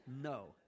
no